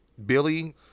Billy